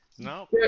No